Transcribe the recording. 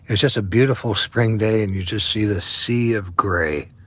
and just a beautiful spring day and you just see this sea of gray.